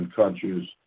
countries